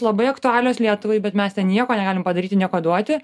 labai aktualios lietuvai bet mes ten nieko negalim padaryti nieko duoti